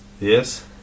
Yes